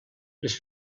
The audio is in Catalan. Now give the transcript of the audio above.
les